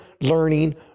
learning